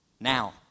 Now